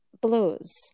blues